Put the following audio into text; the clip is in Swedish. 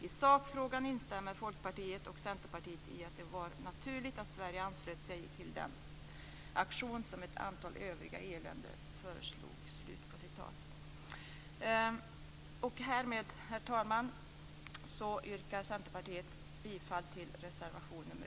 I sakfrågan instämmer Folkpartiet och Centerpartiet i att det var naturligt att Sverige anslöt sig till den aktion som ett antal övriga EU